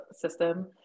system